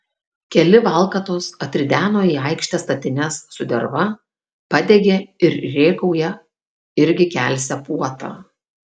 keli valkatos atrideno į aikštę statines su derva padegė ir rėkauja irgi kelsią puotą